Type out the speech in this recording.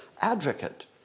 advocate